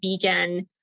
vegan